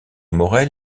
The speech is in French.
morel